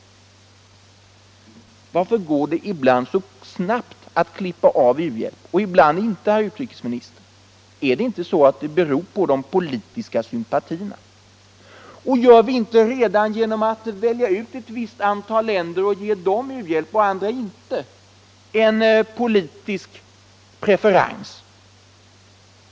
Varför går det ibland att snabbt klippa av u-hjälp och ibland inte, herr utrikesminister? Är det inte så att det beror på de politiska sympatierna? Och gör vi inte genom att välja ut ett visst antal länder och ge dem u-hjälp och andra inte en politisk preferens?